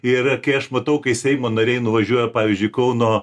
ir kai aš matau kai seimo nariai nuvažiuoja pavyzdžiui kauno